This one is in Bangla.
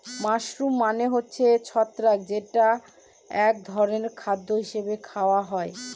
মাশরুম মানে হচ্ছে ছত্রাক যেটা এক ধরনের খাদ্য হিসাবে খাওয়া হয়